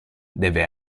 deve